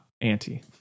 Auntie